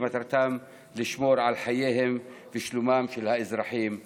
שמטרתם לשמור על חייהם ושלומם של האזרחים בדרכים.